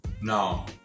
No